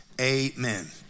Amen